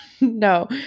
no